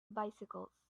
bicycles